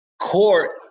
court